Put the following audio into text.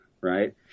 right